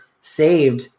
saved